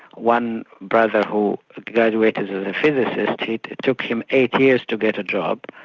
one brother who graduated as a physicist, it took him eight years to get a job.